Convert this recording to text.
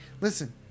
listen